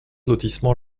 lotissement